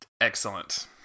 Excellent